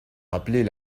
rappeler